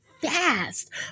fast